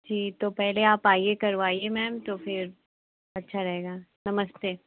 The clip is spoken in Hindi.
जी तो पहले आप आइए करवाइए मैम तो फिर अच्छा रहेगा नमस्ते